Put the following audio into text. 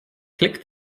click